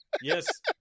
Yes